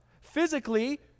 Physically